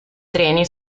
treni